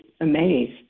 amazed